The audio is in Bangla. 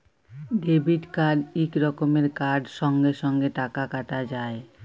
ডেবিট কার্ড ইক রকমের কার্ড সঙ্গে সঙ্গে টাকা কাটা যায়